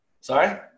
Sorry